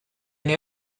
know